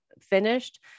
finished